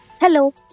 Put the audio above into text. Hello